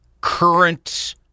current